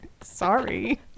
sorry